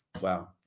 Wow